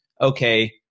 Okay